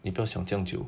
你不要想这样久